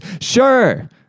Sure